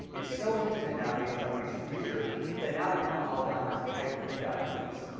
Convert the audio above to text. it's so intimate now based on recent research that now they're calling alzheimer's type three diabetes.